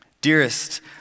Dearest